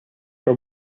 for